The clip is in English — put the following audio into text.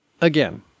again